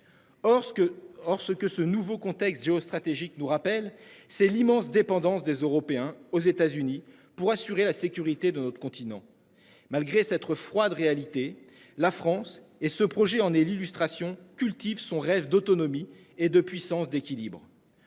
Or ce que ce nouveau contexte géostratégique nous rappelle c'est l'immense dépendance des Européens aux États-Unis pour assurer la sécurité de notre continent. Malgré cette froide réalité. La France et ce projet en est l'illustration cultive son rêve d'autonomie et de puissance d'équilibre.